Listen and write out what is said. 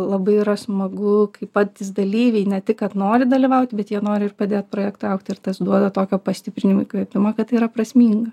labai yra smagu kai patys dalyviai ne tik kad nori dalyvauti bet jie nori ir padėt projektui augt ir tas duoda tokio pastiprinimo įkvėpimui kad tai yra prasminga